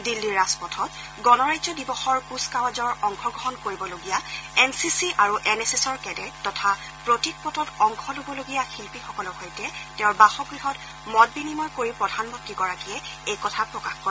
দিল্লীৰ ৰাজপথত গণৰাজ্য দিৱসৰ কুচকাৱাজৰ অংশগ্ৰহণ কৰিবলগীয়া এন চি চি আৰু এন এছ এছৰ কেডেট তথা প্ৰতীকপটত অংশ লবলগীয়া শিল্পীসকলৰ সৈতে তেওঁৰ বাসগৃহত মত বিনিময় কৰি প্ৰধানমন্ত্ৰীগৰাকীয়ে এই কথা প্ৰকাশ কৰে